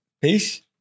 Peace